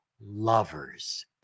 lovers